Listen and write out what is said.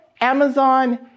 Amazon